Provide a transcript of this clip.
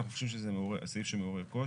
אנחנו חושבים שזה סעיף שמעורר קושי.